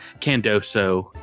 Candoso